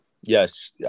Yes